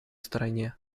стороне